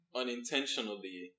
unintentionally